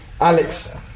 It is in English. Alex